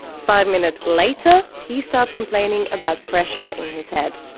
five minutes later he starts complaining about pressure in his head.